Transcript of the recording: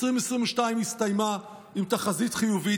2022 הסתיימה עם תחזית חיובית.